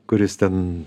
kuris ten